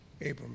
Abram